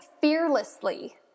fearlessly